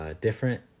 different